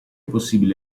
possibile